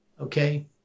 Okay